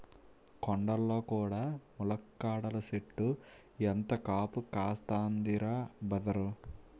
కొండల్లో కూడా ములక్కాడల సెట్టు ఎంత కాపు కాస్తందిరా బదరూ